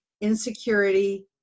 insecurity